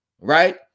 right